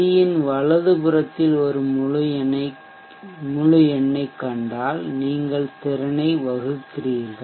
C இன் வலது புறத்தில் ஒரு முழு எண்ணைக் கண்டால் நீங்கள் திறனை வகுக்கிறீர்ககள்